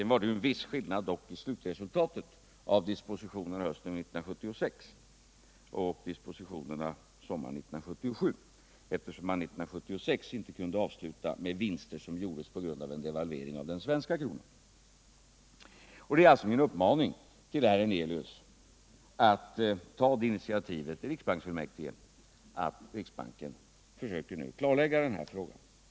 Det var dock en viss skillnad i slutresultatet av dispositionerna hösten 1976 och dispositionerna sommaren 1977, eftersom man 1976 inte kunde avsluta med vinster som gjordes på grund av en devalvering av den svenska kronan. Det är alltså min uppmaning till herr Hernelius att ta det initiativet i riksbanksfullmäktige att riksbanken försöker klarlägga den här frågan.